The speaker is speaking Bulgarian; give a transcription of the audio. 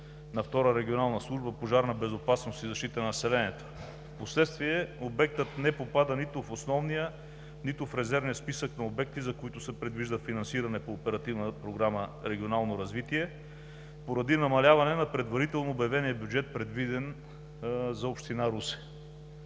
на Втора регионална служба „Пожарна безопасност и защита на населението“. Впоследствие обектът не попада нито в основния, нито в резервния списък на обекти, за които се предвижда финансиране по Оперативна програма „Регионално развитие“ поради намаляване на предварително обявения бюджет, предвиден за община Русе.